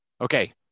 Okay